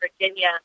Virginia